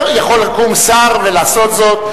אם הוא אומר, יכול לקום שר ולעשות זאת.